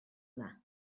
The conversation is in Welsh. yna